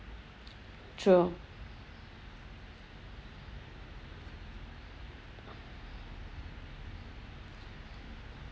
true